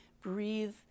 breathe